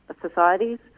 societies